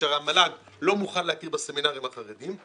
כשהמל"ג לא מוכן להכיר בסמינרים החרדיים,